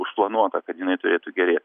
užplanuota kad jinai turėtų gerėt